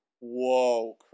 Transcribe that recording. Whoa